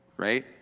right